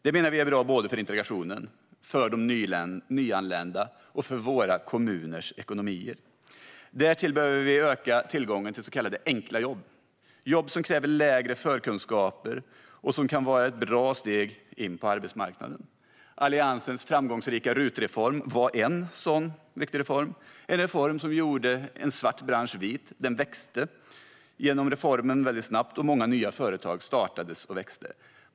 Det menar vi är bra för såväl integrationen och de nyanlända som våra kommuners ekonomier. Därtill behöver vi öka tillgången till så kallade enkla jobb, det vill säga jobb som kräver lägre förkunskaper och som kan vara ett bra steg in på arbetsmarknaden. Alliansens framgångsrika RUT-reform var en sådan viktig reform - en reform som gjorde en svart bransch vit. Genom reformen växte branschen snabbt, och många nya företag startades och växte.